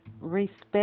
Respect